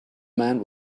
man